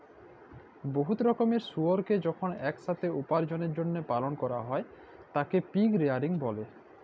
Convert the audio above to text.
বহুত রকমের শুয়রকে যখল ইকসাথে উপার্জলের জ্যলহে পালল ক্যরা হ্যয় তাকে পিগ রেয়ারিং ব্যলে